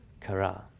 Kara